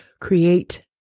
create